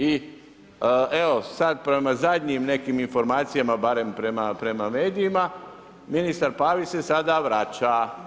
I evo sada prema zadnjim nekim informacijama barem prema medijima, ministar Pavić se sada vraća.